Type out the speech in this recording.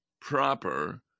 proper